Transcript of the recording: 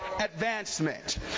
advancement